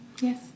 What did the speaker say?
Yes